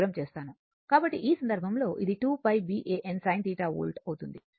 కాబట్టి ఈ సందర్భంలో ఇది 2 π B A N sin θ వోల్ట్లు అవుతుంది